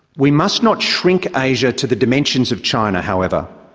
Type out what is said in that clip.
we must not shrink asia to the dimensions of china, however.